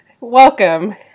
welcome